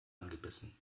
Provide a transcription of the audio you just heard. angebissen